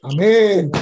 Amen